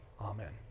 Amen